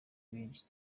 binjiza